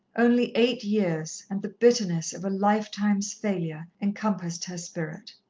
only eight years, and the bitterness of a lifetime's failure encompassed her spirit.